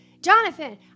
Jonathan